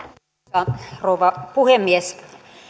arvoisa rouva puhemies